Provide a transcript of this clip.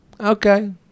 Okay